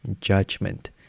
judgment